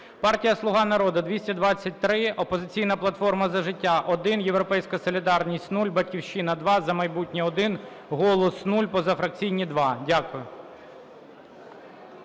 Партія "Слуга народу" – 223, "Опозиційна платформа – За життя" – 1, "Європейська солідарність" – 0, "Батьківщина" – 2, "За майбутнє" – 1, "Голос" – 0, позафракційні – 2. Дякую.